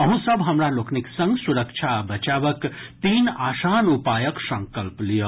अहूँ सब हमरा लोकनिक संग सुरक्षा आ बचावक तीन आसान उपायक संकल्प लियऽ